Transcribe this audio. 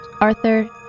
Arthur